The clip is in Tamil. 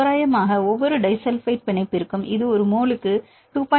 தோராயமாக ஒவ்வொரு டிஸல்பைட் பிணைப்பிற்கும் இதை ஒரு மோலுக்கு 2